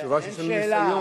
אין שאלה.